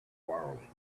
quarrelling